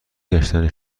گشتن